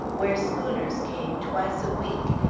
where schooners came twice a week,